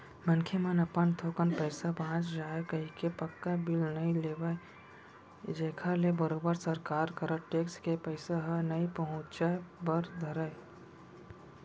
मनखे मन अपन थोकन पइसा बांच जाय कहिके पक्का बिल नइ लेवन जेखर ले बरोबर सरकार करा टेक्स के पइसा ह नइ पहुंचय बर धरय